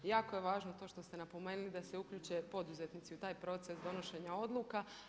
Jako je važno to što ste napomenuli da se uključe poduzetnici u taj proces donošenja odluka.